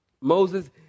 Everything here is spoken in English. Moses